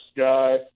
guy